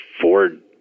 Ford